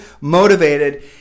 motivated